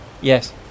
yes